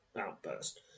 outburst